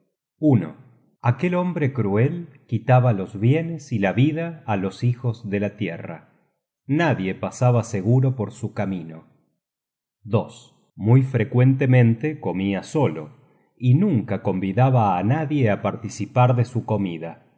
aquel hombre cruel quitaba los bienes y la vida á los hijos de la tierra nadie pasaba seguro por su camino muy frecuentemente comia solo y nunca convidaba á nadie á participar de su comida